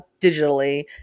digitally